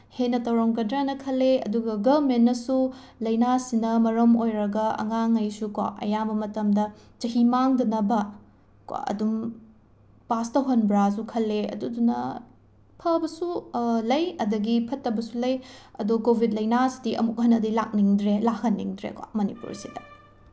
ꯍꯦꯟꯅ ꯇꯧꯔꯝꯒꯗ꯭ꯔꯥꯅ ꯈꯜꯂꯦ ꯑꯗꯨꯒ ꯒꯃꯦꯟꯅꯁꯨ ꯂꯥꯏꯅꯥꯁꯤꯅ ꯃꯔꯝ ꯑꯣꯏꯔꯒ ꯑꯉꯥꯡꯉꯩꯁꯨꯀꯣ ꯑꯌꯥꯝꯕ ꯃꯇꯝꯗ ꯆꯍꯤ ꯃꯥꯡꯗꯅꯕꯀꯣ ꯑꯗꯨꯝ ꯄꯥꯁ ꯇꯧꯍꯟꯕ꯭ꯔꯥꯁꯨꯨ ꯈꯜꯂꯦ ꯑꯗꯨꯗꯨꯅ ꯐꯕꯁꯨ ꯂꯩ ꯑꯗꯒꯤ ꯐꯠꯇꯕꯁꯨ ꯂꯩ ꯑꯗꯣ ꯀꯣꯚꯤꯗ ꯂꯥꯏꯅꯥꯁꯤꯗꯤ ꯑꯃꯨꯛ ꯍꯟꯅꯗꯤ ꯂꯥꯛꯍꯟꯅꯤꯡꯗ꯭ꯔꯦꯀꯣ ꯃꯅꯤꯄꯨꯔꯁꯤꯗ